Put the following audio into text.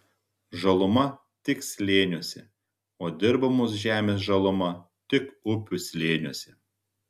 žaluma tik slėniuose o dirbamos žemės žaluma tik upių slėniuose